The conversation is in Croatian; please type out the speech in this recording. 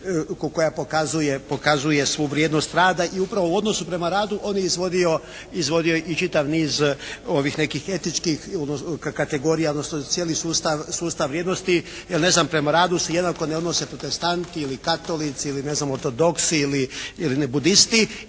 koja pokazuje svu vrijednost rada. I upravo u odnosu prema radu on je izvodio i čitav niz ovih nekih etičkih kategorija odnosno cijeli sustav vrijednosti. Jel' ne znam, prema radu se jednako ne odnose protestanti ili katolici ili ne znam ortodoksi, ili nebudisti.